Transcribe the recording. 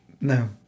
No